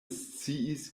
sciis